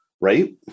right